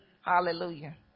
Hallelujah